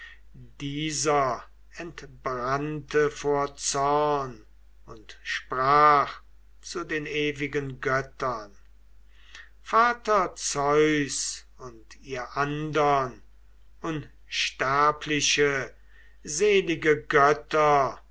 dieser entbrannte vor zorn und sprach zu den ewigen göttern vater zeus und ihr andern unsterbliche selige götter